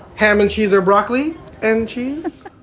ham and cheese or broccoli and cheese